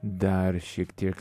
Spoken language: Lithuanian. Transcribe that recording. dar šiek tiek